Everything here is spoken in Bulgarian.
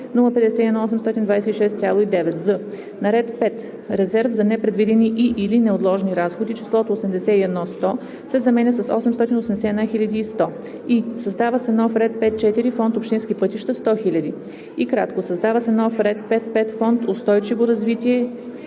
051 826,9“. з) на ред 5. „Резерв за непредвидени и/или неотложни разходи“ числото „81 100,0“ се заменя с „881 100,0“. и) създава се нов ред 5.4. „Фонд „Общински пътища 100 000,0“. й) създава се нов ред 5.5. „Фонд „Устойчиво развитие